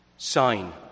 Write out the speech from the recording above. Sign